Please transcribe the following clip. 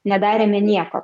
nedarėme nieko